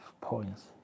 points